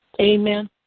Amen